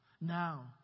Now